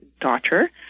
daughter